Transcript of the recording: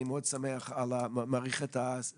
אני מאוד מעריך את הסבלנות.